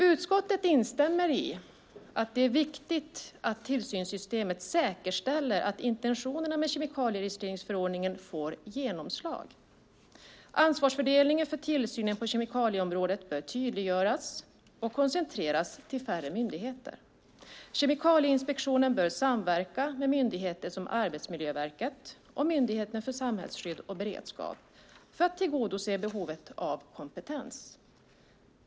Utskottet instämmer i att det är viktigt att tillsynssystemet säkerställer att intentionerna med kemikalieregistreringsförordningen får genomslag. Ansvarsfördelningen för tillsynen på kemikalieområdet bör tydliggöras och koncentreras till färre myndigheter. Kemikalieinspektionen bör samverka med myndigheter som Arbetsmiljöverket och Myndigheten för samhällsskydd och beredskap för att tillgodose behovet av kompetens.